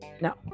no